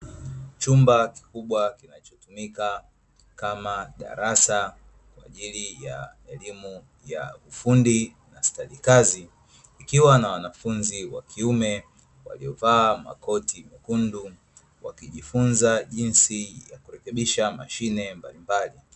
Chumba kikubwa kinachotumika kama darasa kwa ajili elimu ya ufundi ya stadi kazi, kukiwa na wanafunzi wa kiume waliovaa makoti mekundu, wakijifunza jinsi ya kurekebisha mashine mbalimbali.